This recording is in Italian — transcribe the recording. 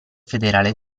federale